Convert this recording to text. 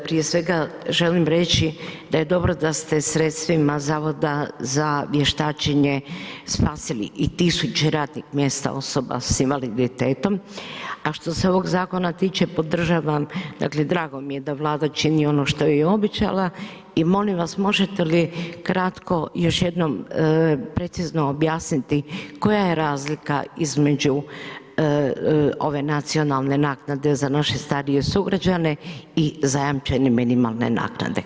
Prije svega želim reći da je dobro da ste sredstvima Zavoda za vještačenje spasili i tisuće radnih mjesta osoba s invaliditetom a što se ovog zakona tiče, podržavam, dakle drago mi je da Vlada čini ono što je i obećala i molim vas možete li kratko još jednom precizno objasniti koja je razlika između ove nacionalne naknade za naše starije sugrađane i zajamčeni minimalne naknade.